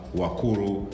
wakuru